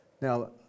Now